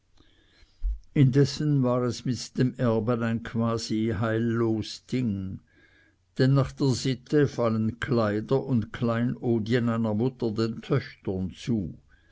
indessen war es mit dem erben ein quasi heillos ding denn nach der sitte fallen kleider und kleinodien einer mutter den töchtern zu